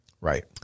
Right